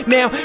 Now